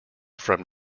from